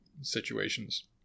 situations